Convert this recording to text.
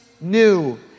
New